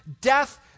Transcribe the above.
death